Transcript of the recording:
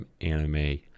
anime